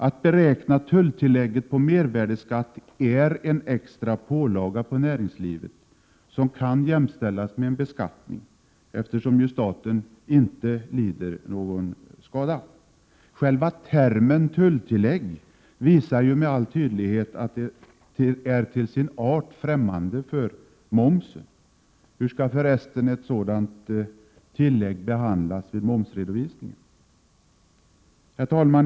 Att beräkna tulltillägg på mervärdeskatt är en extra pålaga på näringslivet som kan jämställas med en beskattning, eftersom 165 staten inte lider någon skada. Själva termen ”tulltillägg” visar med all tydlighet att det är till sin art främmande för momsen. Hur skall förresten ett sådant tillägg behandlas vid momsredovisningen? Herr talman!